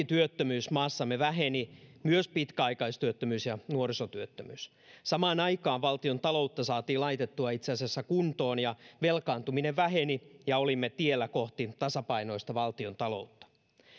työttömyys maassamme väheni myös pitkäaikaistyöttömyys ja nuorisotyöttömyys samaan aikaan valtiontaloutta saatiin laitettua itse asiassa kuntoon ja velkaantuminen väheni ja olimme tiellä kohti tasapainoista valtiontaloutta